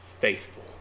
faithful